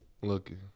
looking